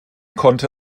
konnte